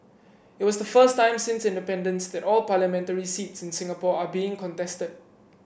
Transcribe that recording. it was the first time since independence that all parliamentary seats in Singapore are being contested